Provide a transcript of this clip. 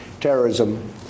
terrorism